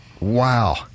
Wow